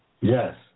Yes